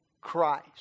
Christ